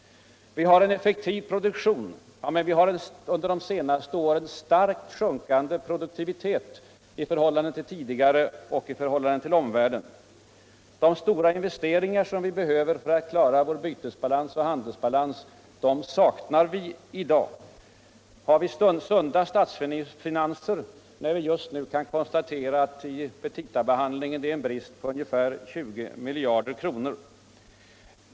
Vi har en eftekuv pro Allmänpolitisk debatt Allmänpolitisk debatt duktion, men under de senaste åren en starkt sjunkande produktivitet i förhållande till tidigare och i förhållande till omvärlden. De stora investeringar som vi behöver för att klara vår bytesoch handelsbalans saknas i dag. Har vi sunda statsfinanser. niär vi just nu i petitabehandlingen kan konstatera en brist på ungefär 20 miljarder kronor?